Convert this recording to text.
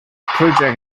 project